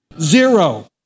Zero